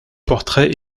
portraits